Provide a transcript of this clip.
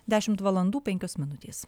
dešimt valandų penkios minutės